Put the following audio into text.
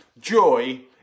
Joy